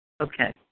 Okay